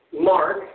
mark